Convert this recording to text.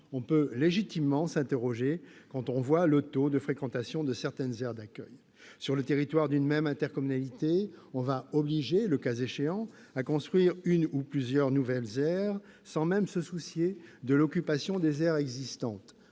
On peut légitimement s'interroger, quand on voit le taux de fréquentation de certaines aires d'accueil. Absolument ! Sur le territoire d'une même intercommunalité, on va obliger, le cas échéant, à construire une ou plusieurs nouvelles aires, sans même se soucier de l'occupation des aires existantes.